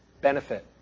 Benefit